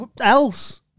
else